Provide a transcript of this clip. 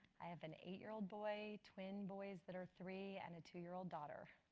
i have an eight-year-old boy, twin boys that are three, and a two-year-old daughter.